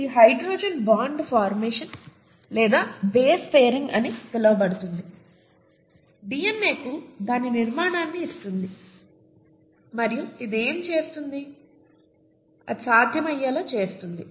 కాబట్టి ఈ hydrogen bond formation లేదా బేస్ పెయిరింగ్ అని పిలవబడుతుంది డిఎన్ఏ కు దాని నిర్మాణాన్ని ఇస్తుంది మరియు అది ఏమి చేస్తుందో అది సాధ్యం అయ్యేలా చేస్తుంది